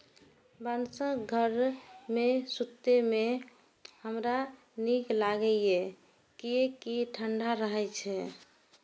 बांसक घर मे सुतै मे हमरा नीक लागैए, कियैकि ई ठंढा रहै छै